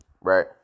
right